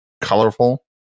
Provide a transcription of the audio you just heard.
colorful